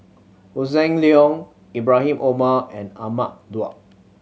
Hossan Leong Ibrahim Omar and Ahmad Daud